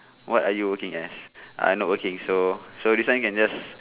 what are you working as I not working so so this one can just